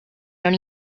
non